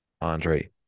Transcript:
Andre